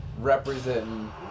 representing